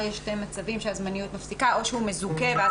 יש שני מצבים שהזמניות מפסיקה: או שהוא מזוכה ואז